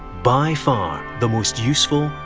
by far the most useful,